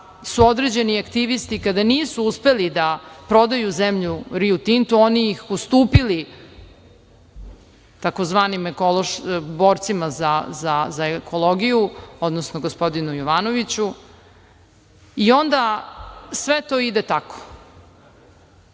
su određeni aktivisti kada nisu uspeli da prodaju zemlju Riu Tintu oni su ih ustupili tzv. borcima za ekologiju, odnosno gospodinu Jovanoviću. Onda, sve to ide tako. Što